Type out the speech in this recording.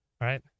right